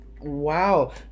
wow